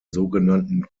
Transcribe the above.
sogenannten